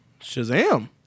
Shazam